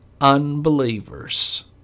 unbelievers